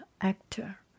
actor